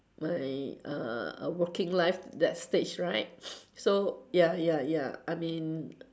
my uh working life that stage right so ya ya ya I mean